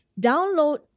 download